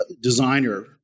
designer